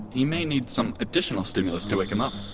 he may need some additional stimulus to wake um ah